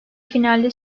finalde